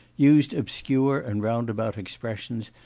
used obscure and roundabout expressions,